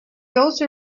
also